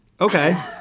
Okay